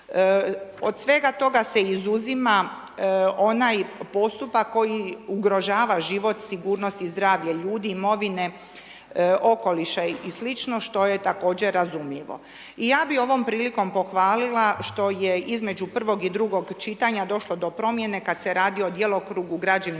Od svega toga se izuzima onaj postupak koji ugrožava život, zdravlje ljudi, imovine, okoliša i sl. što je također razumljivo. I ja bi ovom prilikom pohvalila što je između 1. i 2. čitanja došlo do promjene kada se radi o djelokrugu građevinske